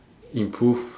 improve